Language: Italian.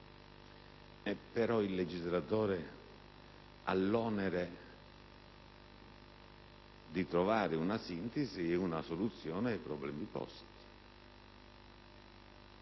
tuttavia il legislatore ha l'onere di trovare una sintesi e una soluzione ai problemi sollevati.